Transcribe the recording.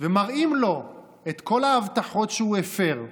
ומראים לו את כל ההבטחות שהוא הפר.